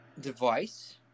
device